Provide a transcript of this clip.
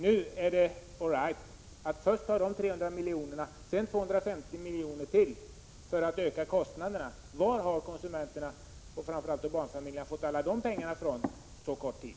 Nu är det all right att först ta dessa 300 miljoner och sedan 250 miljoner till föratt öka kostnaderna. Varifrån har konsumenterna och framför allt barnfamiljerna fått alla dessa pengar på denna korta tid?